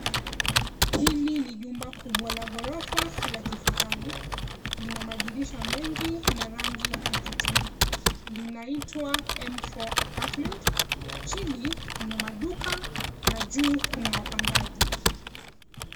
Hili ni jumba kubwa la ghorofa la kifahari. Lina madirisha mengi na rangi ya kuvutia. Linaitwa M4 Apartment. Chini kuna maduka na juu kuna wapangaji.